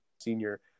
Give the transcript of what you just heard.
senior